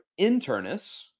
internus